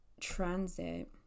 transit